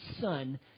son